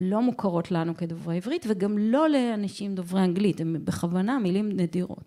לא מוכרות לנו כדוברי עברית, וגם לא לאנשים דוברי אנגלית, הן בכוונה מילים נדירות.